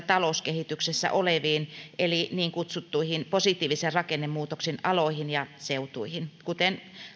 talouskehityksessä oleviin eli niin kutsuttuihin positiivisen rakennemuutoksen aloihin ja seutuihin kuten